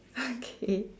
okay